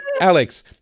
Alex